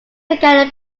began